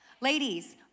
Ladies